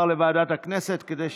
אם כך, היא תועבר לוועדת הכנסת כדי שתקבע.